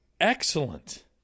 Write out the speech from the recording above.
excellent